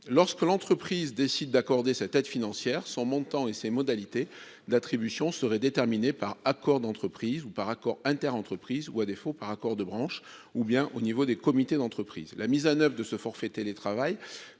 Lorsque l'entreprise décide d'accorder cette aide financière, son montant et ses modalités d'attribution seraient déterminés par accord d'entreprise, par accord interentreprises, ou à défaut par accord de branche ou au niveau des comités sociaux et économiques. La mise en oeuvre du forfait télétravail